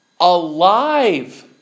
alive